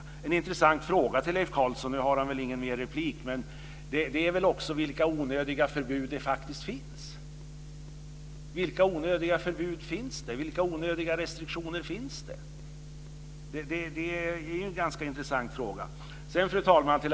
Jag har en intressant fråga till Leif Carlson, även om han väl inte har rätt till någon mer replik: Vilka onödiga förbud och restriktioner finns det? Fru talman!